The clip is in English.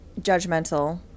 judgmental